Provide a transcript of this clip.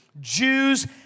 Jews